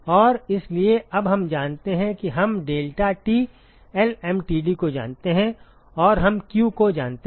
और इसलिए अब हम जानते हैं कि हम deltaT lmtd को जानते हैं और हम q को जानते हैं